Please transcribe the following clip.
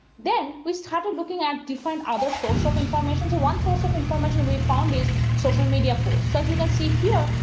then we start looking at different other source of information to one source of information we found is social media posts as you know see here,